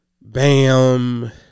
Bam